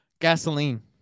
Gasoline